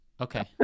Okay